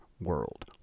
world